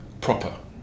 proper